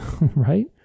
right